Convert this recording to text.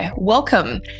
Welcome